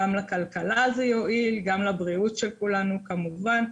גם לכלכלה זה יועיל, גם לבריאות של כולנו כמובן.